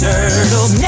Turtles